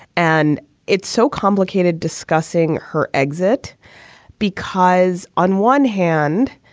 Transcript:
and it's so complicated discussing her exit because on one hand,